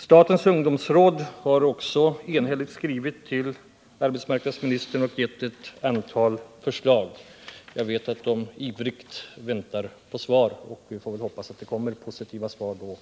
Statens ungdomsråd har i en enhällig skrivelse till arbetsmarknadsministern gett ett antal förslag. Jag vet att ungdomsrådet ivrigt väntar på svar, och vi får hoppas att det kommer positiva svar framöver.